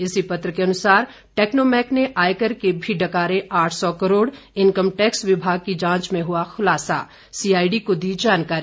इसी पत्र के अनुसार टेक्नोमैक ने आयकर के भी डकारे आठ सौ करोड़ इनकम टैक्स विभाग की जांच में हुआ खुलासा सीआईडी को दी जानकारी